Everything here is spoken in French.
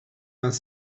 vingt